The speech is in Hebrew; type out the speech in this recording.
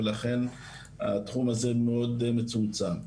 ולכן התחום הזה מאוד מצומצם.